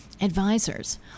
advisors